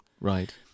Right